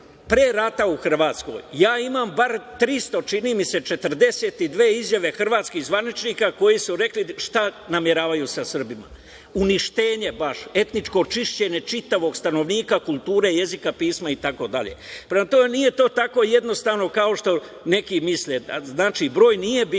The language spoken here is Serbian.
Pre rata u Hrvatskoj ja ima bar trista, čini mi se 342 izjave hrvatskih zvaničnika koji su rekli šta nameravaju sa Srbima. Uništenje baš, etničko čišćenje čitavog stanovništva, kulture, jezika, pisma, itd. Prema tome, nije to tako jednostavno kao što neki misle. Znači, broj nije